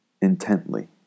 intently